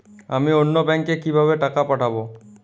আমি অন্য ব্যাংকে কিভাবে টাকা পাঠাব?